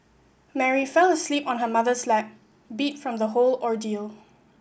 Mary fell asleep on her mother's lap beat from the whole ordeal